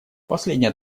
последняя